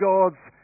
God's